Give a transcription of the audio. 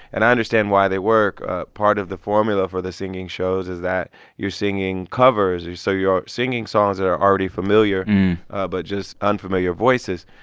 and i understand why they work. part of the formula for the singing shows is that you're singing covers, so your singing songs that are already familiar but just unfamiliar voices.